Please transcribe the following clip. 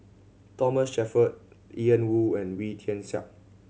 Thomas Shelford Ian Woo and Wee Tian Siak